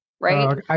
right